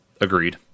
Agreed